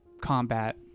combat